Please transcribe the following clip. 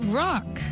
rock